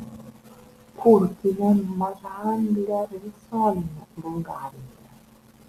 kurkime mažaanglę visuomenę bulgarijoje